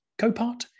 Copart